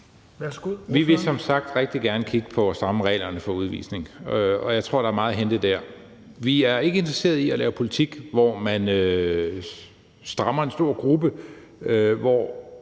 Vi vil som sagt rigtig gerne kigge på at stramme reglerne for udvisning. Jeg tror, der er meget at hente der. Vi er ikke interesserede i at lave politik, hvor man strammer i forhold til en stor gruppe, hvor